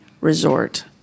resort